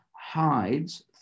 hides